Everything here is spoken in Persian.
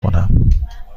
کنم